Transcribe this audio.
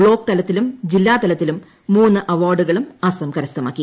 block തലത്തിലും ജില്ലാ തലത്തിലും മൂന്ന് അവാർഡുകളും അസം കരസ്ഥമാക്കി